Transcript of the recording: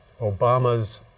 Obama's